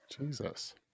Jesus